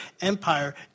Empire